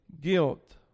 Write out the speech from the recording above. guilt